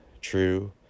true